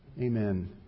Amen